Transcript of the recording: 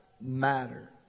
matter